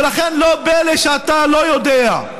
ולכן לא פלא שאתה לא יודע,